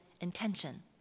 intention